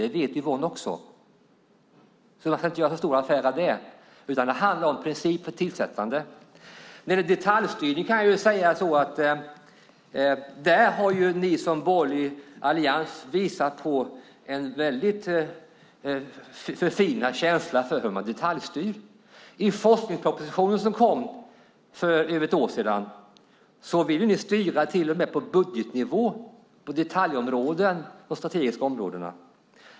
Det vet också Yvonne, så man ska inte göra så stor affär av det. Det handlar om principer för tillsättandet. När det gäller detaljstyrning har ni i den borgerliga alliansen visat på en väldigt förfinad känsla för detaljstyrning. I den forskningsproposition som kom för över ett år sedan ville ni styra till och med på budgetnivå när det gäller detaljområden och strategiska områden.